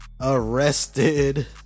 arrested